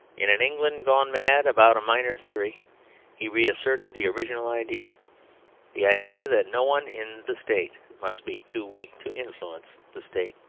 in an england gone mad about a minor theory he reasserted the original idea the idea that no one in the state must be too weak to influence the state.